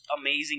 amazing